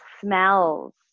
smells